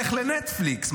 לך לנטפליקס.